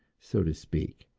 so to speak?